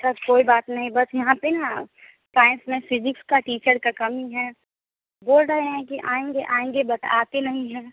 सब कोई बात नहीं बस यहाँ पर ना साइंस में फ़िजिक्स की टीचर का कमी है बोल रहें हैं कि आएँगे आएँगे बट आते नहीं हैं